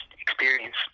experience